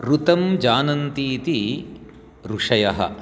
ऋतं जानन्ति इति ऋषयः